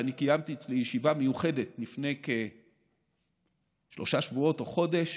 שאני קיימתי אצלי ישיבה מיוחדת לפני כשלושה שבועות או חודש,